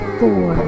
four